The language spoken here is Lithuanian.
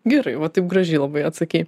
gerai va taip gražiai labai atsakei